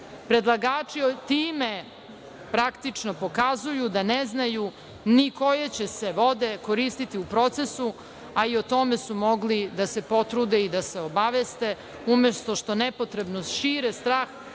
Predlagači time praktično pokazuju da ne znaju ni koje će se vode koristiti u procesu, a i o tome su mogli da se potrude i da se obaveste, umesto što nepotrebno šire strah